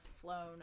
flown